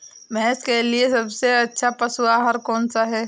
भैंस के लिए सबसे अच्छा पशु आहार कौन सा है?